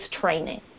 training